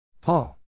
paul